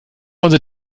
unsere